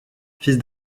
fils